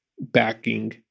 backing